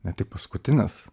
ne tik paskutinis